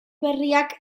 berriak